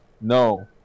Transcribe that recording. No